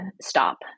stop